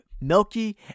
milky